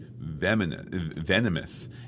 venomous